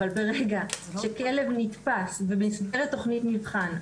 אבל ברגע שכלב נתפס ומצטרף לתוכנית מבחן,